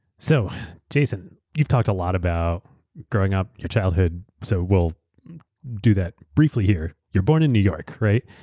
so jason, you've talked a lot about growing up, your childhood, so we'll do that briefly here. you're born in new york, right?